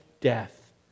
death